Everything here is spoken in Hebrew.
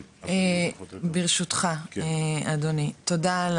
ברשותך אדוני, תודה על